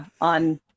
on